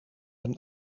een